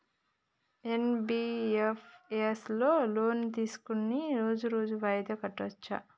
NBFS లో loan తీస్కొని రోజు రోజు వాయిదా కట్టచ్ఛా?